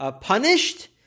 punished